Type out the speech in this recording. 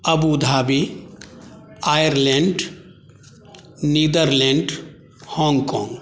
Abu Dhabi Ireland Netherlands Hong Kong